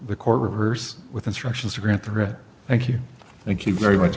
the court reversed with instructions to grant the rest thank you thank you very much